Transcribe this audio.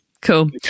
Cool